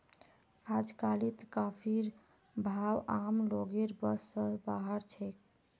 अजकालित कॉफीर भाव आम लोगेर बस स बाहर छेक